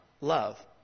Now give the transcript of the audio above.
love